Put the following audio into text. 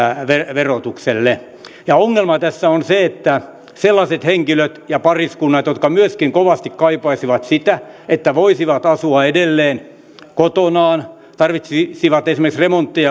verotukselle ongelma tässä on se että sellaiset henkilöt ja pariskunnat jotka myöskin kovasti kaipaisivat sitä että voisivat asua edelleen kotonaan tarvitsisivat esimerkiksi remonttia